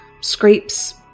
scrapes